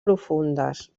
profundes